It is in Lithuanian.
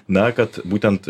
na kad būtent